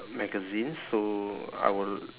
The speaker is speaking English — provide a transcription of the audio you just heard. magazines so I will